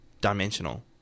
dimensional